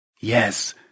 Yes